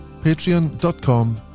patreon.com